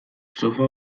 sofa